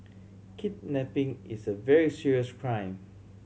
kidnapping is a very serious crime